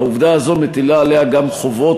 העובדה הזאת מטילה עליה גם חובות,